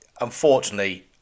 unfortunately